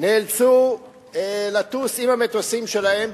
נאלצו לטוס עם המטוסים שלהם,